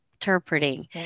interpreting